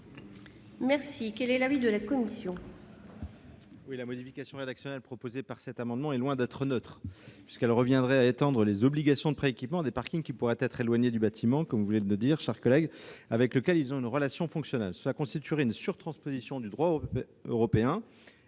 élevé. Quel est l'avis de la commission ?